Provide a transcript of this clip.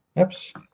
Oops